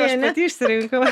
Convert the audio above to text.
aš pati išsirinkau